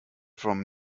from